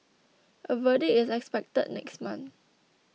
a verdict is expected next month